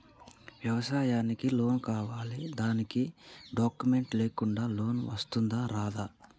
వ్యవసాయానికి లోన్స్ కావాలి దానికి డాక్యుమెంట్స్ లేకుండా లోన్ వస్తుందా రాదా?